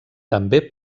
també